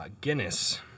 Guinness